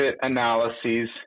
analyses